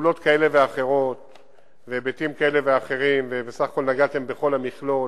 פעולות כאלה ואחרות והיבטים כאלה ואחרים ובסך הכול נגעתם בכל המכלול: